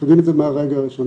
אנחנו יודעים את זה מהרגע הראשון.